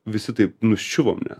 visi taip nuščiuvome